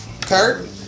Kurt